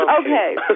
Okay